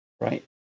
right